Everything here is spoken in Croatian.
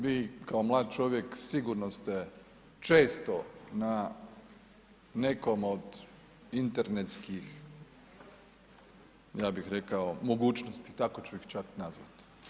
Vi kao mlad čovjek sigurno ste često na nekom od internetskih ja bih rekao mogućnosti, tako ću ih čak nazvati.